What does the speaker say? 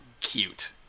cute